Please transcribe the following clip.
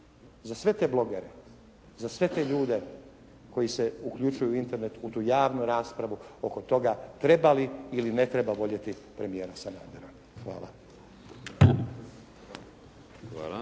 za sve te blogere, za sve te ljude koji se uključuju u Internet, u tu javnu raspravu oko toga treba li ili ne treba voljeti premijera Sanadera. Hvala.